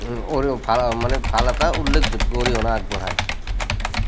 অৰি ভাল মানে ভাল এটা উল্লেখযোগ্য অৰিহণা আগবঢ়ায়